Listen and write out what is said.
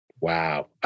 Wow